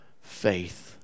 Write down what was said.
faith